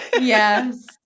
Yes